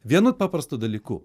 vienu paprastu dalyku